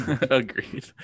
agreed